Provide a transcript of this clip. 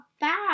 bad